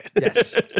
Yes